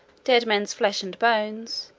dead men's flesh and bones,